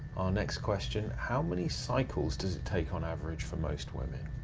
next question, how many cycles does it take on average for most women?